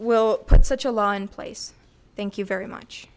will put such a law in place thank you very much